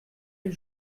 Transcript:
les